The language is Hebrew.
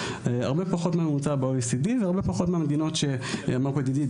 הרבה פחות מהממוצע ב-OECD והרבה פחות מהמדינות שציין פה ידידי,